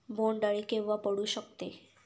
बोंड अळी केव्हा पडू शकते?